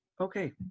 Okay